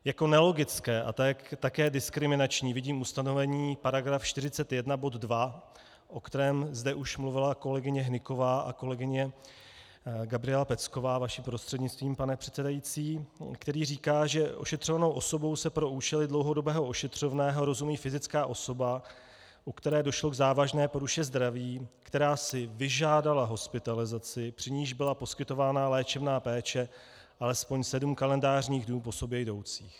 Jako nelogické a také diskriminační vidím ustanovení § 41 bod 2, o kterém zde už mluvila kolegyně Hnyková a kolegyně Gabriela Pecková, vaším prostřednictvím, pane předsedající, který říká, že ošetřovanou osobou se pro účely dlouhodobého ošetřovného rozumí fyzická osoba, u které došlo k závažné poruše zdraví, která si vyžádala hospitalizaci, při níž byla poskytována léčebná péče alespoň sedm kalendářních dnů po sobě jdoucích.